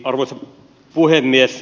arvoisa puhemies